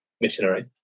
missionary